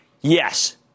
Yes